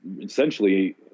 essentially